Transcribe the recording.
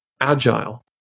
agile